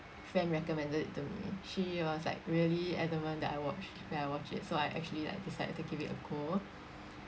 friend recommended it to me she was like really adamant that I watch that I watch it so I actually like decided to give it a go